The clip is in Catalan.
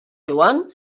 joan